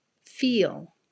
feel